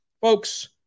Folks